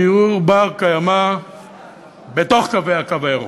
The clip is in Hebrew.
דיור בר-קיימא בתוך הקו הירוק.